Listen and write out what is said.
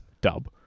Dub